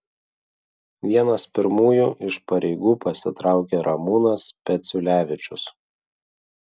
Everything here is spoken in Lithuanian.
vienas pirmųjų iš pareigų pasitraukė ramūnas peciulevičius